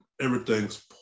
everything's